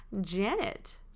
Janet